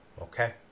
Okay